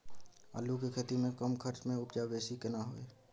आलू के खेती में कम खर्च में उपजा बेसी केना होय है?